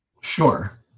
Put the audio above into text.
Sure